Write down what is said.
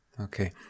Okay